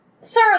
sir